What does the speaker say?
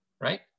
right